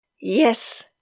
yes